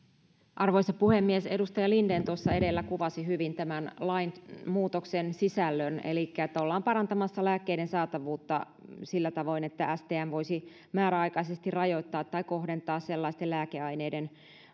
arvoisa puhemies edustaja linden tuossa edellä kuvasi hyvin tämän lainmuutoksen sisällön elikkä ollaan parantamassa lääkkeiden saatavuutta sillä tavoin että stm voisi määräaikaisesti rajoittaa tai kohdentaa sellaisten lääkeaineiden